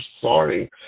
sorry